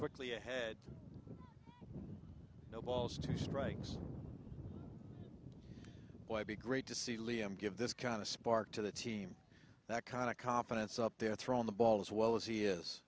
quickly ahead no balls two strikes be great to see liam give this kind of spark to the team that kind of confidence up there thrown the ball as well as he is